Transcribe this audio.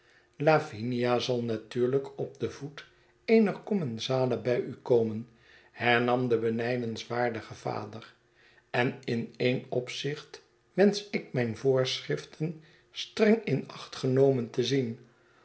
lavinia zal natuurlijk op den voet eener commensale bij u komen hernam de benijdenswaardige vader en in een opzicht wensch ik mijn voorschriften streng in acht genomen te zien